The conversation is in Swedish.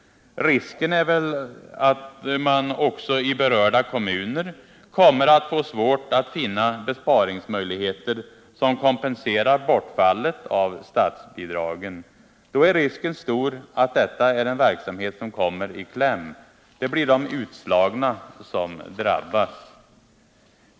Risken är väl att man också i berörda kommuner kommer att få svårt att finna besparingsmöjligheter som kompenserar bortfallet av statsbidragen. Då är risken stor att det är just den här verksamheten som kommer i kläm. Det blir de utslagna som drabbas.